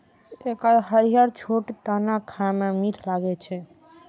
एकर हरियर छोट दाना खाए मे मीठ लागै छै